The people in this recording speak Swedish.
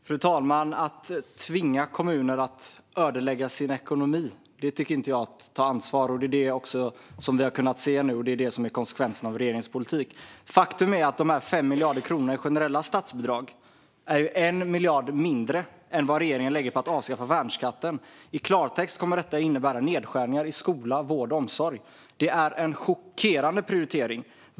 Fru talman! Att tvinga kommuner att ödelägga sin ekonomi tycker jag inte är att ta ansvar. Det är det vi har kunnat se nu, och det är det som är konsekvensen av regeringens politik. Faktum är att de 5 miljarder kronorna i generella statsbidrag är 1 miljard mindre än vad regeringen lägger på att avskaffa värnskatten. I klartext kommer detta att innebära nedskärningar i skola, vård och omsorg. Det är en chockerande prioritering.